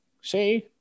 See